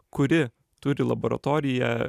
kuri turi laboratoriją